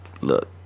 look